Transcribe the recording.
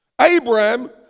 Abraham